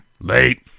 Late